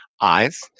eyes